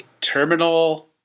Terminal